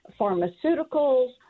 pharmaceuticals